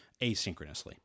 asynchronously